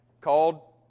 called